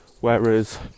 whereas